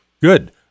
Good